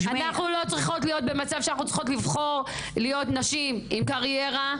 אנחנו לא צריכות להיות במצב שאנחנו צריכות לבחור להיות נשים עם קריירה,